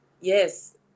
Yes